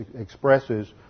expresses